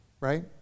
Right